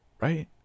right